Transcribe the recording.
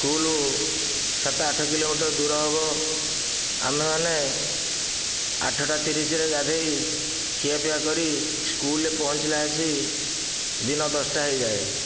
school ସାତ ଆଠ kilometre ଦୂର ହେବ ଆମେମାନେ ଆଠଟା ତିରିଶରେ ଗାଧୋଇ ଖିଆ ପିଆ କରି ସ୍କୁଲରେ ପହଞ୍ଚିଲା ଆସି ଦିନ ଦଶଟା ହୋଇଯାଏ